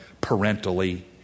parentally